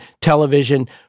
television